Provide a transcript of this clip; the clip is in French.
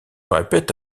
répète